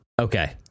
Okay